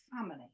family